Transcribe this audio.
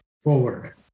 forward